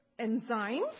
enzymes